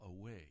away